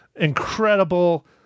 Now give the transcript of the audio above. incredible